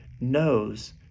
knows